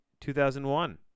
2001